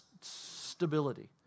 stability